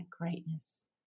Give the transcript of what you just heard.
greatness